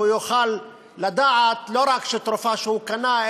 הוא יוכל לדעת לא רק על תרופה שהוא קנה,